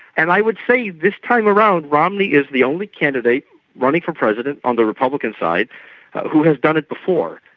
and i would say this time around romney is the only candidate running for president on the republican side who has done it before.